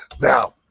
Now